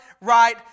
right